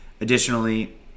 Additionally